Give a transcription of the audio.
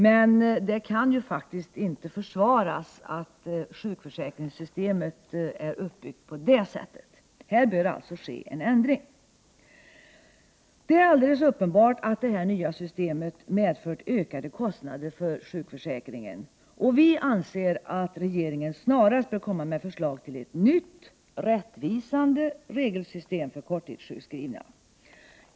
Men det kan faktiskt inte försvaras att sjukförsäkringssystemet är uppbyggt på det sättet. Här bör alltså en ändring komma till stånd. Det är alldeles uppenbart att det nya systemet medfört ökade kostnader för sjukförsäkringen, och vi anser att regeringen snarast bör komma med förslag till ett nytt, rättvisande regelsystem för korttidssjukskrivna.